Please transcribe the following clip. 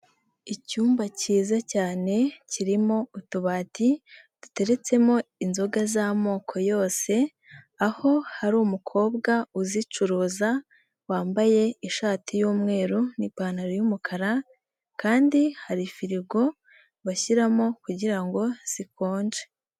Icyumba cyiza cyane, kirimo utubati, duteretsemo inzoga z'amoko yose, aho hari umukobwa uzicuruza, wambaye ishati y'umweru n'ipantaro y'umukara, kandi hari Firigo, bashyiramo kugira ngo zikonje.